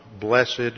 blessed